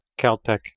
caltech